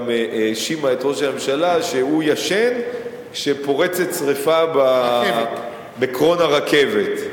גם האשימה את ראש הממשלה שהוא ישן כשפורצת שרפה בקרון הרכבת.